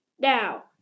Now